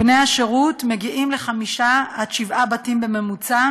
בני השירות מגיעים לחמישה עד שבעה בתים בממוצע,